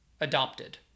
adopted